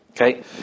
Okay